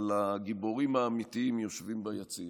אבל הגיבורים האמיתיים יושבים ביציע,